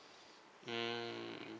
mm